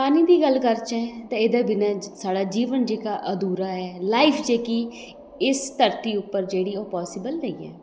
पानी दी गल्ल करचै ते एह्दे बिना जीवन साढ़ा जेह्का अधूरा ऐ लाइफ जेह्की इस धरती उप्पर जेह्डी ओह् पाासीबल नेईं ऐ